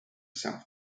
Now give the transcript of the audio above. south